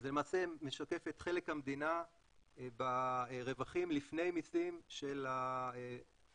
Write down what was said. זה למעשה משקף את חלק המדינה ברווחים לפני מיסים של התאגידים,